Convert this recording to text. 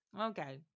okay